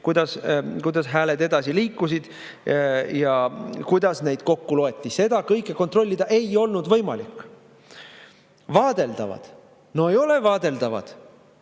kuidas hääled edasi liikusid ja kuidas neid kokku loeti. Seda kõike kontrollida ei olnud võimalik. Vaadeldavad. No ei ole vaadeldavad!